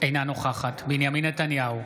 אינה נוכחת בנימין נתניהו,